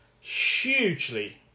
Hugely